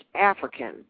African